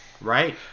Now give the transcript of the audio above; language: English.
right